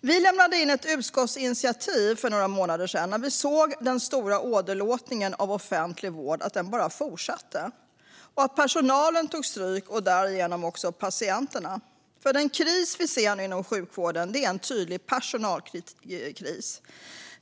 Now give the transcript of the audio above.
Vi lämnade in ett förslag till utskottsinitiativ för några månader sedan, när vi såg att den stora åderlåtningen av offentlig vård bara fortsatte och att personalen tog stryk och därigenom också patienterna. Den kris vi nu ser inom sjukvården är en tydlig personalkris.